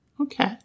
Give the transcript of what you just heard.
Okay